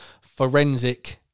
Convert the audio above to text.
forensic